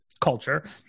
culture